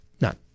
None